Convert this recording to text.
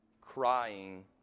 crying